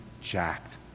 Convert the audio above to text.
jacked